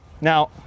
Now